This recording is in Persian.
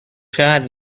چقدر